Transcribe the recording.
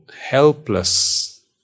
helpless